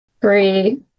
three